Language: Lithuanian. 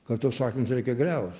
kad tuos akmenis reikia griaut